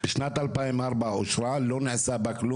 אושרה שם תב"ע נקודתית,